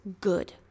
good